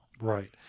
Right